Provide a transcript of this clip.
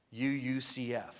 UUCF